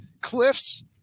cliffs